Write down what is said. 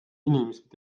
inimesed